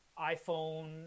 iPhone